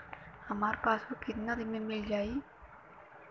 हमार पासबुक कितना दिन में मील जाई?